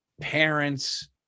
parents